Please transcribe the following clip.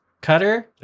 Cutter